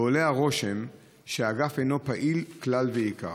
ועולה הרושם שהאגף אינו פעיל כלל ועיקר.